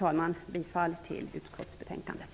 Jag yrkar bifall till utskottsbetänkandet.